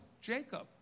Jacob